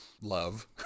love